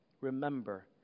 Remember